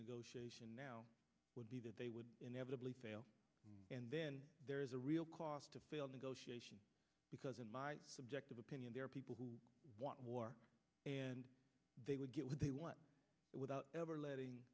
negotiation now would be that they would inevitably fail and then there is a real cost to fail negotiation because in my subjective opinion there are people who want war and they would get what they want without ever letting